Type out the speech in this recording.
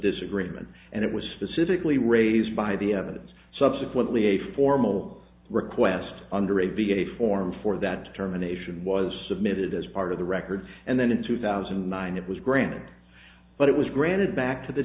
disagreement and it was specifically raised by the evidence subsequently a formal request under a v a form for that determination was submitted as part of the record and then in two thousand and nine it was granted but it was granted back to the